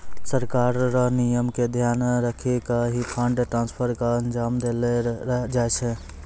सरकार र नियम क ध्यान रखी क ही फंड ट्रांसफर क अंजाम देलो जाय छै